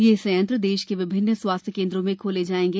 ये संयंत्र देश के विभिन्न स्वास्थ्य केंद्रों में खोले जाएंगे